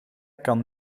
kan